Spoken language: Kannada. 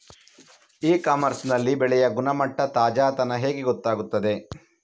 ಇ ಕಾಮರ್ಸ್ ನಲ್ಲಿ ಬೆಳೆಯ ಗುಣಮಟ್ಟ, ತಾಜಾತನ ಹೇಗೆ ಗೊತ್ತಾಗುತ್ತದೆ?